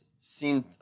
seemed